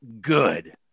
good